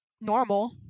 normal